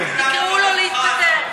תקראו לו להתפטר.